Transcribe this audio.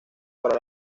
para